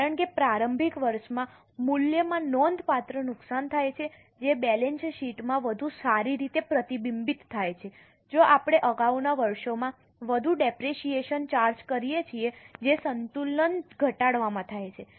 કારણ કે પ્રારંભિક વર્ષમાં મૂલ્યમાં નોંધપાત્ર નુકસાન થાય છે જે બેલેન્સ શીટમાં વધુ સારી રીતે પ્રતિબિંબિત થાય છે જો આપણે અગાઉના વર્ષોમાં વધુ ડેપરેશીયેશન ચાર્જ કરીએ છીએ જે સંતુલન ઘટાડવામાં થાય છે